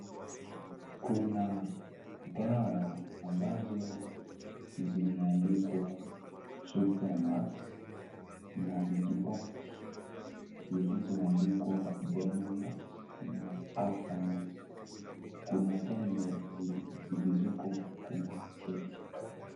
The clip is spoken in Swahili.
Kuna dawa ambazo zimeandikwa supramax na vijiboksi zilizoandikwa Benamox na Alphamox. Kuna tembe zilizoko kwenye sacheti.